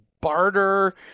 barter